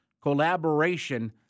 Collaboration